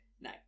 no